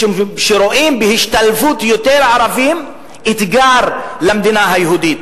משום שרואים בהשתלבות יותר ערבים אתגר למדינה היהודית.